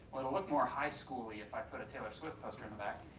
well it'll look more high school-y if i put a taylor swift poster in the back,